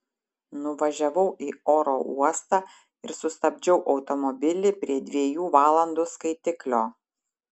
nuvažiavau į oro uostą ir sustabdžiau automobilį prie dviejų valandų skaitiklio